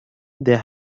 they